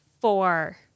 four